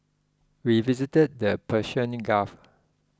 we visited the Persian Gulf